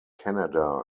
canada